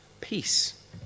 peace